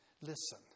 listen